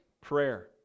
prayer